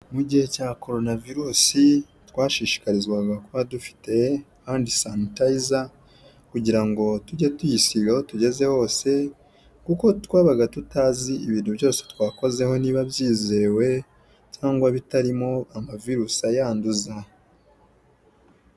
Mu gihe cya korona virusi twashishikarizwaga kuba dufite handisanitayiza kugira ngo tujye tuyisiga aho tugeze hose kuko twabaga tutazi ibintu byose twakozeho niba byizewe cyangwa bitarimo ama virusi ayanduza.